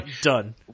done